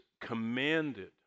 commanded